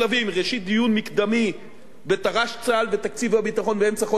דיון מקדמי בתר"ש צה"ל ותקציב הביטחון באמצע חודש אוגוסט,